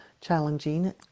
challenging